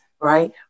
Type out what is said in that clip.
right